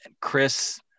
chris